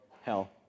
hell